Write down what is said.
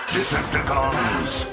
Decepticons